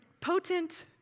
potent